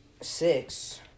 six